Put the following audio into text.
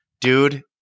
dude